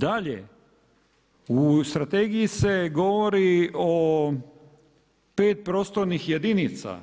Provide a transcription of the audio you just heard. Dalje, u Strategiji se govori o pet prostornih jedinica,